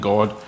God